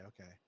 Okay